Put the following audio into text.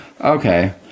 okay